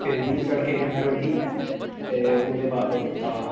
फिर बी झटके कन्नै रुकी ते ओहदे बाद ओह् कीता